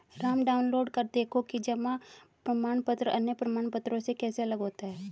Ram download कर देखो कि जमा प्रमाण पत्र अन्य प्रमाण पत्रों से कैसे अलग होता है?